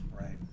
right